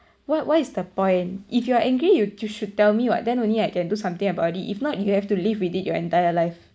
what what is the point if you are angry you you should tell me what then only I can do something about it if not you have to live with it your entire life